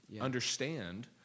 understand